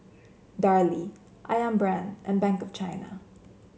Darlie ayam Brand and Bank of China